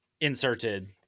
inserted